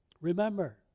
Remember